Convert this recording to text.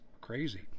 crazy